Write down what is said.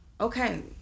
Okay